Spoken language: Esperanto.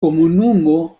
komunumo